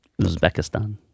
Uzbekistan